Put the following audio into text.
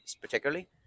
particularly